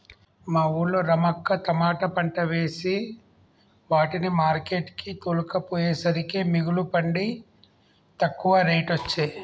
మా వూళ్ళో రమక్క తమాట పంట వేసే వాటిని మార్కెట్ కు తోల్కపోయేసరికే మిగుల పండి తక్కువ రేటొచ్చె